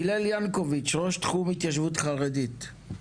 הלל יענקוביץ, ראש תחום התיישבות חרדית.